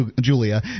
Julia